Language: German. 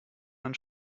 ein